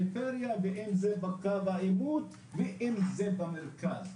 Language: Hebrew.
אם זה בפריפריה ואם זה בקו העימות ואם זה במרכז,